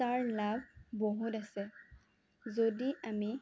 তাৰ লাভ বহুত আছে যদি আমি